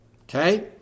Okay